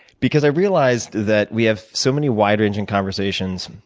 because i realized that we have so many wide-ranging conversations,